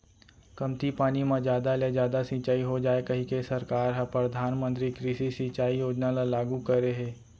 कमती पानी म जादा ले जादा सिंचई हो जाए कहिके सरकार ह परधानमंतरी कृषि सिंचई योजना ल लागू करे हे